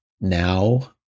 now